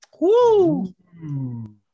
Woo